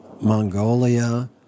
Mongolia